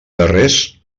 darrers